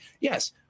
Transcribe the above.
yes